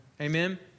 Amen